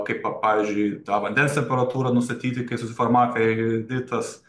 kaip va pavyzdžiui tą vandens temperatūrą nustatyti kai susiformavo ferihidritas